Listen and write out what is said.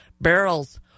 barrels